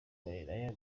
niyo